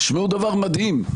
תשמעו דבר מדהים.